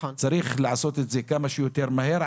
צריך לעשות את זה כמה שיותר מהר,